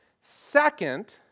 Second